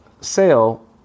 sale